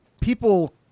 people